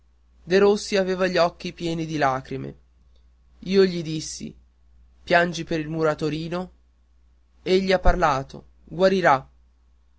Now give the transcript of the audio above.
padre derossi aveva gli occhi pieni di lacrime io gli dissi piangi per il muratorino egli ha parlato guarirà